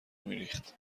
میریخت